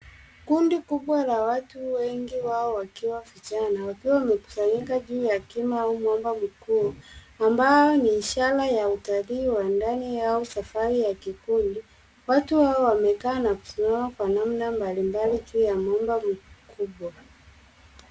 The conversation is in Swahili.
Kundi kubwa la watu wengi wao wakiwa vijana, wakiwa wamekusanyika juu ya kima au mwamba mkuu, ambao ni ishara ya utalii wa ndani au safari ya kikundi. Watu hao wamekaa na kusimama kwa namna mbali mbali juu ya mwamba mkubwa.